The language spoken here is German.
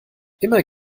immer